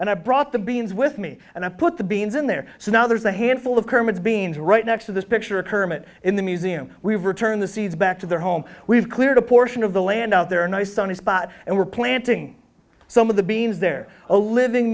and i brought the beans with me and i put the beans in there so now there's a handful of kermit's beans right next to this picture of kermit in the museum we return the seeds back to their home we've cleared a portion of the land out there a nice sunny spot and we're planting some of the beans there a living